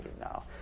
now